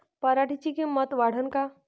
पराटीची किंमत वाढन का?